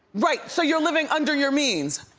right, so you're living under your means.